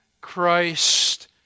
Christ